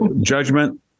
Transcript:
judgment